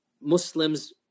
Muslims